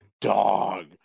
Dog